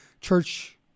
church